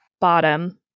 Bottom